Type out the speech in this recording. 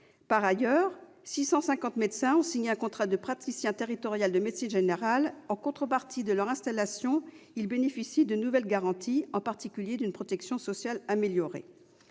Par ailleurs, 650 médecins ont signé un contrat de praticien territorial de médecine générale. En contrepartie de leur installation, ils bénéficient de nouvelles garanties, en particulier d'une protection sociale améliorée.